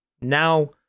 Now